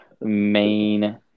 main